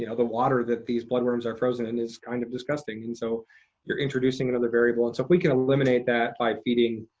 yeah the larder that these blood worms are frozen in is kind of disgusting, and so you're introducing another variable. and so if we can eliminate that by feeding,